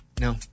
No